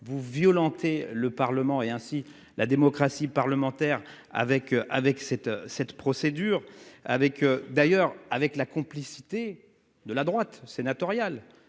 vous violenter le Parlement et ainsi la démocratie parlementaire avec avec cette, cette procédure, avec d'ailleurs avec la complicité de la droite sénatoriale